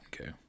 Okay